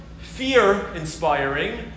fear-inspiring